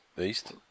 East